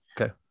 Okay